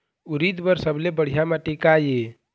उरीद बर सबले बढ़िया माटी का ये?